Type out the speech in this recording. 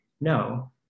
no